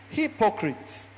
hypocrites